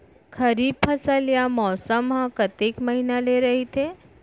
खरीफ फसल या मौसम हा कतेक महिना ले रहिथे?